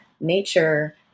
nature